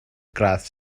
gradd